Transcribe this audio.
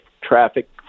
traffic